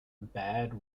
bad